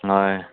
ꯍꯣꯏ